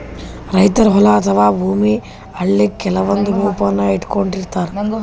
ರೈತರ್ ಹೊಲ ಅಥವಾ ಭೂಮಿ ಅಳಿಲಿಕ್ಕ್ ಕೆಲವಂದ್ ಮಾಪನ ಇಟ್ಕೊಂಡಿರತಾರ್